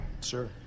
Sure